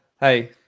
hey